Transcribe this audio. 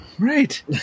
Right